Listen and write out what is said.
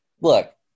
Look